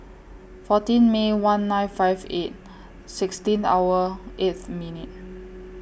fourteen May one nine five eight sixteen hour eighth minute